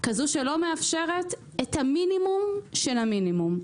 כזו שלא מאפשרת את המינימום שבמינימום.